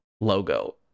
logo